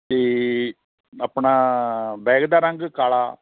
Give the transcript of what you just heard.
ਅਤੇ ਆਪਣਾ ਬੈਗ ਦਾ ਰੰਗ ਕਾਲਾ